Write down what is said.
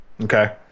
Okay